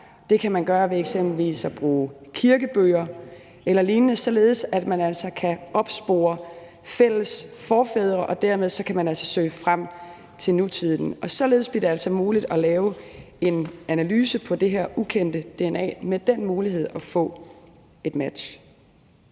Det kan man gøre ved eksempelvis at bruge kirkebøger eller lignende, således at man altså kan opspore fælles forfædre, og dermed kan man søge frem til nutiden. Således bliver det muligt at lave en analyse af det her ukendte dna med den mulighed at få et match.